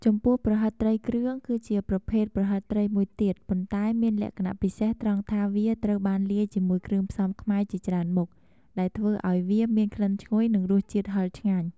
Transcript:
ចំពោះ ប្រហិតត្រី គ្រឿង គឺជាប្រភេទប្រហិតត្រីមួយទៀត ប៉ុន្តែមានលក្ខណៈពិសេសត្រង់ថាវាត្រូវបានលាយជាមួយគ្រឿងផ្សំខ្មែរជាច្រើនមុខ ដែលធ្វើឱ្យវាមានក្លិនឈ្ងុយ និងរសជាតិហឹរឆ្ងាញ់។